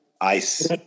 ice